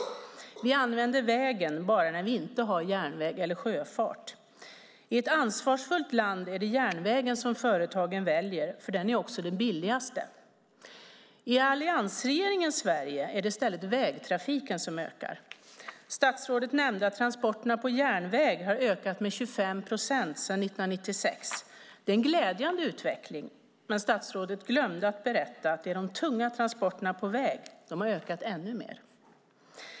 Vi använder vägen bara när vi inte har järnväg eller sjöfart. I ett ansvarsfullt land är det järnvägen som företagen väljer eftersom den också är billigast. I alliansregeringens Sverige är det i stället vägtrafiken som ökar. Statsrådet nämnde att transporterna på järnväg har ökat med 25 procent sedan 1996. Det är en glädjande utveckling. Men statsrådet glömde berätta att de tunga transporterna på väg har ökat ännu mer.